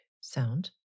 sound